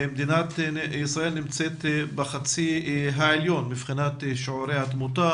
מדינת ישראל נמצאת בחצי העליון מבחינת שיעורי התמותה